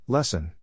Lesson